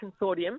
consortium